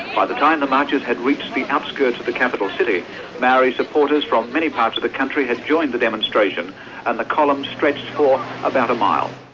by the time the marchers had reached the outskirts of the capital city, maori supporters from many parts of the country had joined the demonstration and the column stretched for about a mile.